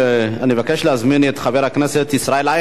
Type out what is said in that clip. אני מבקש להזמין את חבר הכנסת ישראל אייכלר,